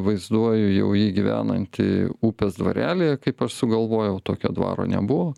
vaizduoju jau jį gyvenantį upės dvarelyje kaip aš sugalvojau tokio dvaro nebuvo